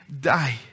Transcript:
die